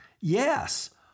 Yes